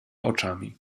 oczami